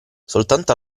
soltanto